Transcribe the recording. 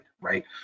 right